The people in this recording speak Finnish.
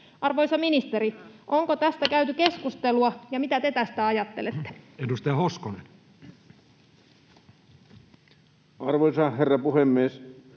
Arvoisa ministeri, onko tästä käyty keskustelua, ja mitä te tästä ajattelette? Edustaja Hoskonen. Arvoisa herra puhemies!